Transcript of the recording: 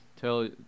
tell